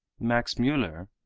max mueller,